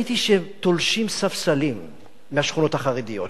ראיתי שתולשים ספסלים בשכונות החרדיות.